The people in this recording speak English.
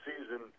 season